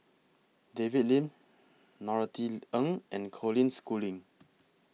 David Lim Norothy Ng and Colin Schooling